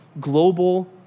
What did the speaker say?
global